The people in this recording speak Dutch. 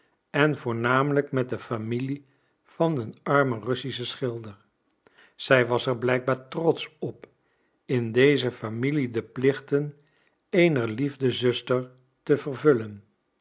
en voornamelijk met de familie van een armen russischen schilder zij was er blijkbaar trotsch op in deze familie de plichten eener liefdezuster te vervullen